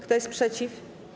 Kto jest przeciw?